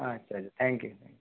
আচ্ছা আচ্ছা thank you